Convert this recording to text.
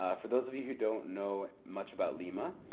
ah for those of you who don't know much about lima,